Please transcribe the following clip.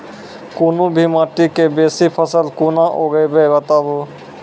कूनू भी माटि मे बेसी फसल कूना उगैबै, बताबू?